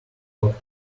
locked